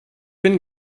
bin